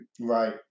Right